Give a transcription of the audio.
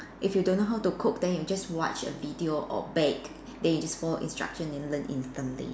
if you don't know how to cook then you just watch a video or bake then you just follow instructions then learn instantly